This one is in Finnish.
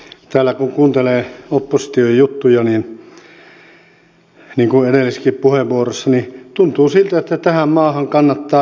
täällä kun kuuntelee opposition juttuja niin kuin edellisessäkin puheenvuorossa niin tuntuu siltä että tähän maahan kannattaa investoida